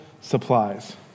supplies